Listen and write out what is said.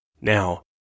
Now